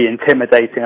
intimidating